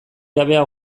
jabea